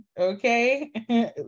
okay